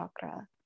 chakra